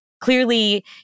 clearly